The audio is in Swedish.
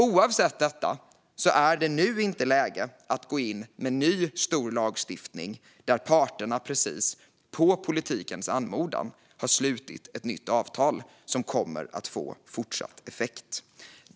Oavsett detta är det nu inte läge att gå in med ny stor lagstiftning när parterna precis, på politikens anmodan, har slutit ett nytt avtal som kommer att få effekt i fortsättningen.